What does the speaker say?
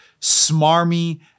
smarmy